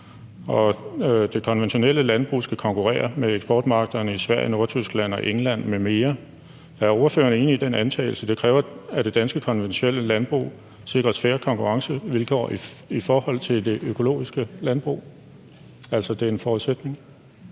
det konventionelle landbrug skal konkurrere med eksportmarkederne i Sverige, Nordtyskland og England m.fl. Er ordføreren enig i den antagelse, at det kræver, at det danske konventionelle landbrug sikres fair konkurrencevilkår i forhold til det økologiske landbrug? Det er altså en forudsætning.